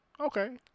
Okay